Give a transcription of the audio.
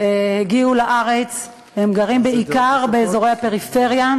שהגיעו לארץ גרים בעיקר באזורי הפריפריה.